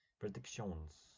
predictions